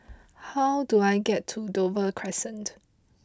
how do I get to Dover Crescent